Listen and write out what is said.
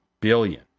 billion